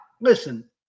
listen